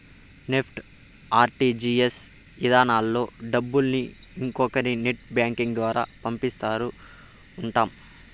NEFT, RTGS ఇధానాల్లో డబ్బుల్ని ఇంకొకరి నెట్ బ్యాంకింగ్ ద్వారా పంపిస్తా ఉంటాం